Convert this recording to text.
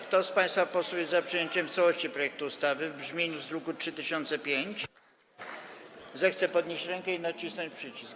Kto z państwa posłów jest za przyjęciem w całości projektu ustawy w brzmieniu z druku nr 3005, zechce podnieść rękę i nacisnąć przycisk.